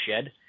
Shed